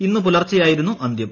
ഇന്ന് പുലർച്ചെയായിരുന്നു അന്ത്യം